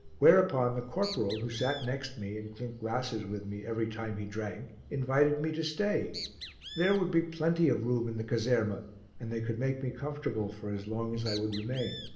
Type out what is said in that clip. whereupon the corporal, who sat next me and clinked glasses with me every time he drank, invited me to stay there would be plenty of room in the caserma and they could make me comfortable for as long as i would remain.